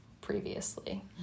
previously